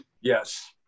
Yes